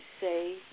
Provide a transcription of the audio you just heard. say